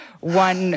one